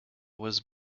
was